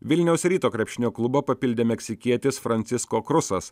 vilniaus ryto krepšinio klubą papildė meksikietis francisko krusas